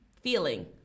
feeling